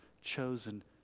chosen